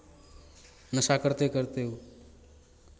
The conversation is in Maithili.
नशा करिते करिते ओ